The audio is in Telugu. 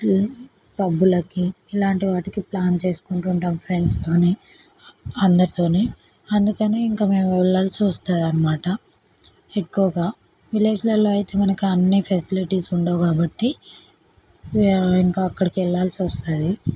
పబ్బులకి ఇలాంటి వాటికి ప్లాన్ చేసుకుంటూ ఉంటాము ఫ్రెండ్స్ కానీ అందరితోని అందుకని ఇంకా మేము వెళ్ళాల్సి వస్తుంది అన్నమాట ఎక్కువగా విలేజ్లలో అయితే మనకి ఆ అన్ని ఫెసిలిటీస్ ఉండవు కాబట్టి ఇంకా అక్కడికి వెళ్ళాల్సి వస్తుంది